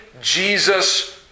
Jesus